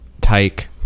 tyke